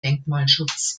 denkmalschutz